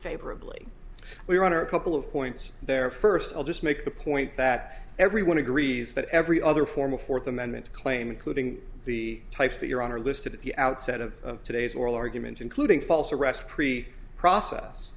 favorably we honor a couple of points there first i'll just make the point that everyone agrees that every other form of fourth amendment claim including the types that your honor listed at the outset of today's oral argument including false arrest pre process